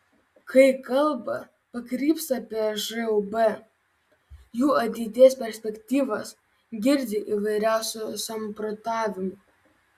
kai kalba pakrypsta apie žūb jų ateities perspektyvas girdi įvairiausių samprotavimų